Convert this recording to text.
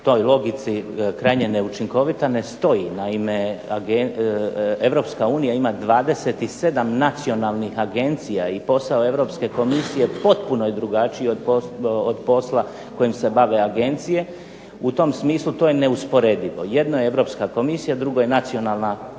po toj logici krajnje neučinkovita ne stoji. Naime Europska unija ima 27 nacionalnih agencija i posao Europske Komisije potpuno je drugačiji od posla kojim se bave agencije. U tom smislu to je neusporedivo. Jedno je europska komisija, drugo je nacionalna komisija,